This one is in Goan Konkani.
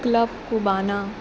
क्लब उबाना